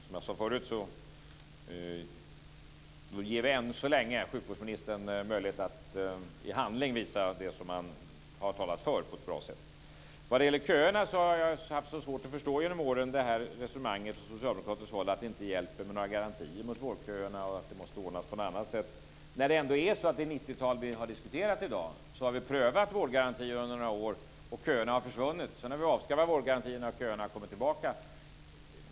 Som jag sade förut ger vi än så länge sjukvårdsministern möjlighet att i handling visa det som han har talat för på ett bra sätt. Vad det gäller köerna har jag genom åren haft svårt att förstå resonemanget från socialdemokraternas håll att det inte hjälper med några garantier mot vårdköer och att det måste ordnas på något annat sätt. Vi har ändå diskuterat 90-tal i dag. Vi har prövat vårdgaranti under några år, och köerna har försvunnit. När vi sedan avskaffar vårdgarantierna har köerna kommit tillbaka.